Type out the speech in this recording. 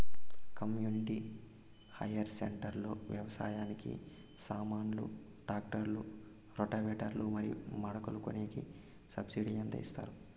community hire centre లో వ్యవసాయానికి సామాన్లు ట్రాక్టర్లు రోటివేటర్ లు మరియు మడకలు కొనేకి సబ్సిడి ఎంత ఇస్తారు